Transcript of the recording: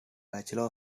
bachelor